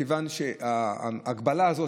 מכיוון שההגבלה הזו,